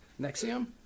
Nexium